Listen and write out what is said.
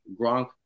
Gronk